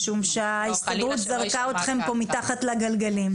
משום שההסתדרות זרקה אתכם פה מתחת לגלגלים.